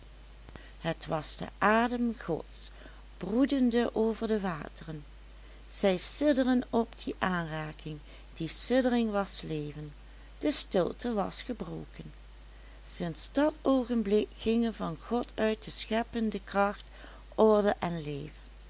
het was de adem gods broedende over de wateren zij sidderden op die aanraking die siddering was leven de stilte was gebroken sinds dat oogenblik gingen van god uit scheppende kracht orde en leven